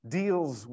deals